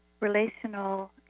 relational